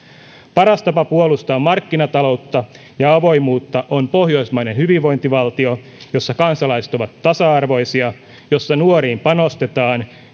paras tapa puolustaa markkinataloutta ja avoimuutta on pohjoismainen hyvinvointivaltio jossa kansalaiset ovat tasa arvoisia jossa nuoriin panostetaan